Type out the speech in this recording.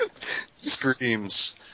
Screams